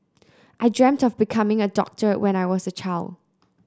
I dreamed of becoming a doctor when I was a child